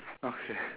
okay